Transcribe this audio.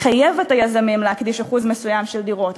לחייב את היזמים להקדיש אחוז מסוים של דירות,